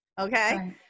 Okay